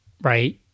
right